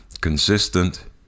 consistent